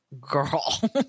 girl